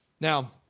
Now